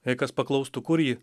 jei kas paklaustų kur ji